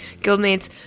guildmates